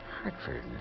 Hartford